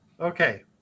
okay